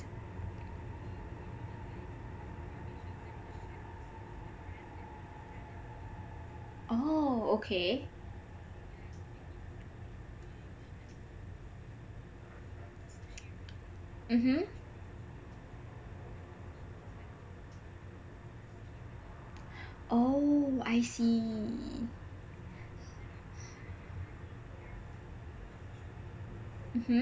oh okay mmhmm oh I see mmhmm